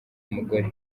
umugore